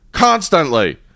constantly